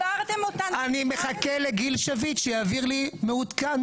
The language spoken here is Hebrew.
אתם לא דיברתם איתנו --- אני מחכה לגיל שביט שיעביר לי מעודכן,